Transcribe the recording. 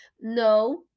No